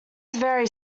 very